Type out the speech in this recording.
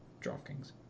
DraftKings